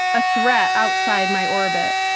a threat outside my orbit.